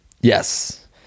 yes